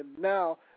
now